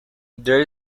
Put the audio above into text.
there